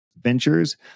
Ventures